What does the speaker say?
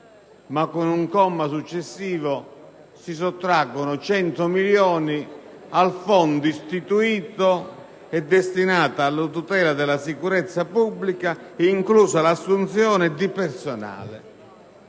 ma, con un comma successivo, si sottraggono 100 milioni di euro al fondo istituito e destinato alla tutela della sicurezza pubblica, inclusa l'assunzione di personale.